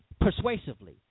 persuasively